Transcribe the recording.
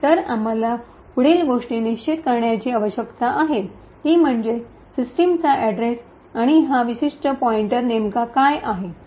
तर आम्हाला पुढील गोष्टी निश्चित करण्याची आवश्यकता आहे ती म्हणजे सिस्टमचा अड्रेस आणि हा विशिष्ट पॉईंटर नेमका काय आहे